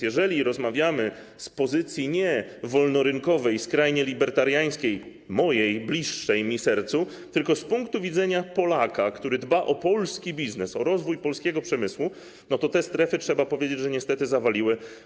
Jeżeli więc rozmawiamy z pozycji nie wolnorynkowej, skrajnie libertariańskiej, mojej, bliższej mojemu sercu, tylko z punktu widzenia Polaka, który dba o polski biznes, o rozwój polskiego przemysłu, to te strefy, trzeba powiedzieć, niestety zawiodły.